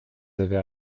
avez